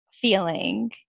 feeling